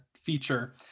feature